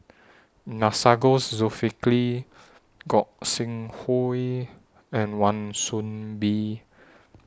Masagos Zulkifli Gog Sing Hooi and Wan Soon Bee